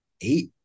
eight